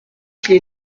qu’il